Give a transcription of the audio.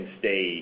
stay